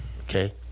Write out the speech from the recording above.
Okay